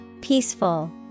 Peaceful